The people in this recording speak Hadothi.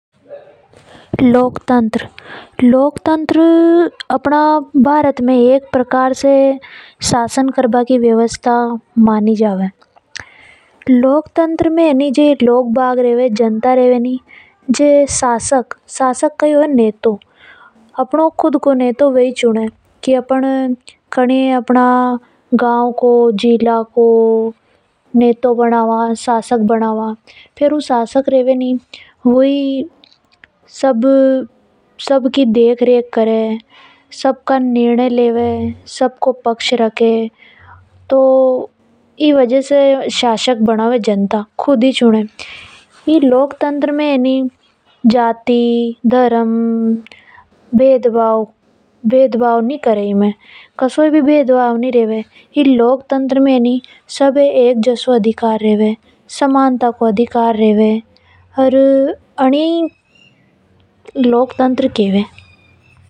लोकतंत्र अपना भारत में एक प्रकार से शासन कर भा की व्यवस्ता है। लोकतंत्र में शासक लोग अपने लिए नेता खुद ही चुने। वे लोग ही सोचे कि अपन कीनिय अपने गांव को जिला को नेता बनावा और वोट देवा। फेर जो यो शासक रेवे नि वो ही सबकी देखरेख करे। सब काम का निर्णय लेवे। ई लोकतंत्र में नव भी भेदभाव नि की जाति धर्म को भी नि माने। सबके साथ में समान व्यवहार होवे। इने ही लोकतंत्र खेवे हैं।